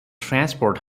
transport